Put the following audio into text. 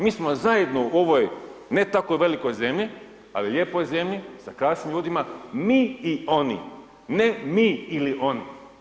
Mi smo zajedno u ovoj ne tako velikoj zemlji ali lijepoj zemlji, sa krasnim ljudima, mi i oni, ne mi ili oni.